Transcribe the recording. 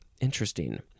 Interesting